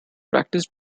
practiced